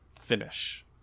finish